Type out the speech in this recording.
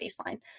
baseline